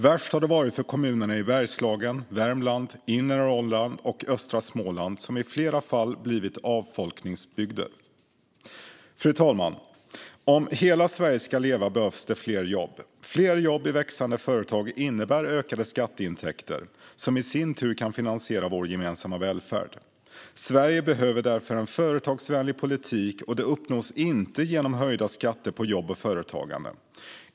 Värst har det varit för kommunerna i Bergslagen, Värmland, inre Norrland och östra Småland, som i flera fall har blivit avfolkningsbygder. Fru talman! Om hela Sverige ska leva behövs det fler jobb. Fler jobb i växande företag innebär ökade skatteintäkter, som i sin tur kan finansiera vår gemensamma välfärd. Sverige behöver därför en företagsvänlig politik, och det uppnås inte genom höjda skatter på jobb och företagande.